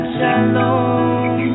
Shalom